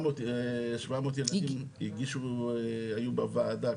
700 ילדים הגישו והיו בוועדה,